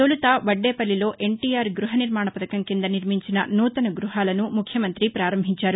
తొలుత వడ్డేపల్లిలో ఎన్టిఆర్ గృహ నిర్మాణ పథకం కింద నిర్మించిన నూతన గృహాలను ముఖ్యమంత్రి ప్రారంభించారు